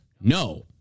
No